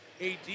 AD